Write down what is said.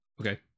Okay